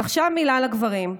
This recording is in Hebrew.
ועכשיו מילה לגברים,